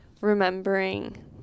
remembering